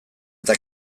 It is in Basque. eta